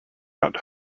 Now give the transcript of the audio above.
not